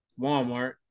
Walmart